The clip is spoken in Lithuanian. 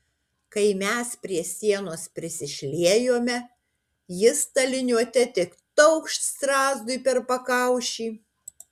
kai mes prie sienos prisišliejome jis ta liniuote tik taukšt strazdui per pakaušį